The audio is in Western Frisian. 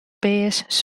pears